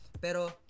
Pero